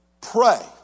Pray